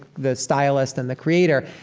the stylist and the creator,